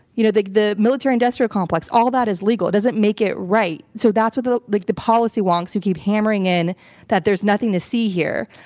you know, the the military industrial complex, all that is legal. it doesn't make it right. so that's what the like big policy wonks who keep hammering in that there's nothing to see here,